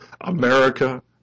America